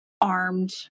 armed